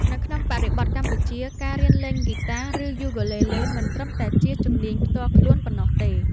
នៅក្នុងបរិបទកម្ពុជា ការរៀនលេងហ្គីតា ឬ យូគូលេលេ មិនត្រឹមតែជាជំនាញផ្ទាល់ខ្លួនប៉ុណ្ណោះទេ